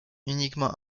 uniquement